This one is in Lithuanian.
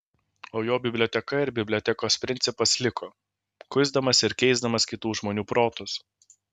o jo biblioteka ir bibliotekos principas liko kuisdamas ir keisdamas kitų žmonių protus